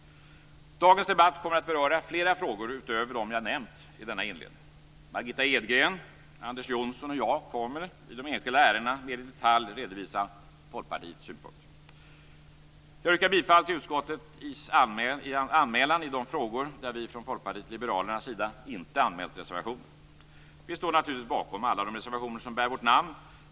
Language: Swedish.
Dagens debatt kommer att beröra fler frågor utöver dem jag nämnt i denna inledning. Margitta Edgren, Anders Johnson och jag kommer i de enskilda ärendena att mer i detalj redovisa Folkpartiets synpunkt. Jag yrkar på godkännande av utskottets anmälan i de frågor där vi från Folkpartiet liberalernas sida inte anmält några reservationer. Vi står naturligtvis bakom alla de reservationer som bär vårt namn.